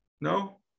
No